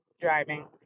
driving